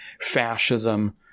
fascism